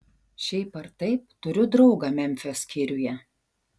šiaip ar taip turiu draugą memfio skyriuje